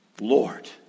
Lord